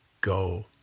Go